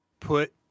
Put